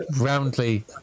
roundly